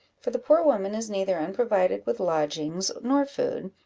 for the poor woman is neither unprovided with lodgings nor food,